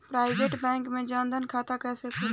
Private bank मे जन धन खाता कैसे खुली?